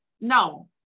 No